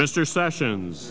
mr sessions